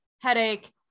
headache